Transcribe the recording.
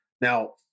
Now